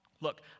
look